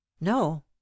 No